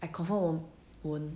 I confirm 我 won't